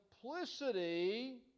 simplicity